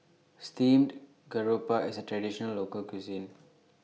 Steamed Garoupa IS A Traditional Local Cuisine